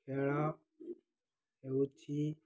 ଖେଳ ହେଉଛି